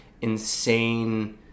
insane